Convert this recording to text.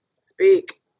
speak